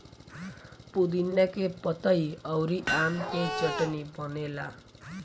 पुदीना के पतइ अउरी आम के चटनी बनेला